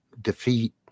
defeat